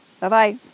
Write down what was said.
Bye-bye